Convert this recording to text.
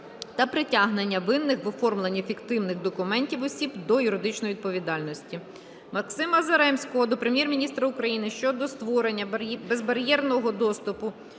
та притягнення винних в оформленні фіктивних документів осіб до юридичної відповідальності. Максима Заремського до Прем'єр-міністра України щодо створення безбар’єрного доступу